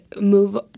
move